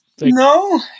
No